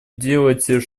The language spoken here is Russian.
делать